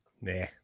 Nah